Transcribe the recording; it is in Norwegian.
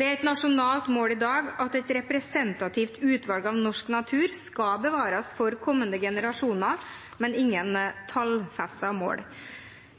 Det er et nasjonalt mål i dag at et representativt utvalg av norsk natur skal bevares for kommende generasjoner, men det er ingen tallfestede mål.